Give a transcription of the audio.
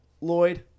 Lloyd